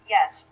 Yes